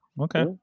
Okay